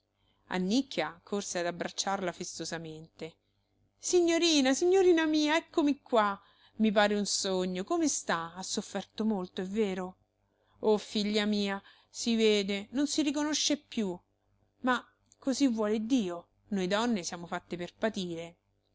parto annicchia corse ad abbracciarla festosamente signorina signorina mia eccomi qua i pare un sogno come sta ha sofferto molto è vero oh figlia mia si vede non si riconosce più mah così vuole dio noi donne siamo fatte per patire